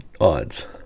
odds